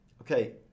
okay